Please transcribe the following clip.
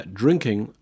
drinking